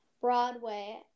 Broadway